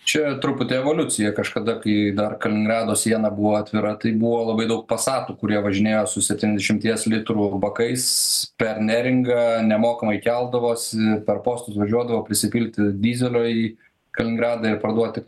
čia truputį evoliucija kažkada kai dar kaliningrado siena buvo atvira tai buvo labai daug pasatų kurie važinėjo su septyniasdešimties litrų bakais per neringą nemokamai keldavosi per postus važiuodavo prisipilti dyzelio į kaliningradą ir parduoti